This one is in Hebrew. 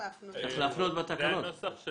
צריך להפנות.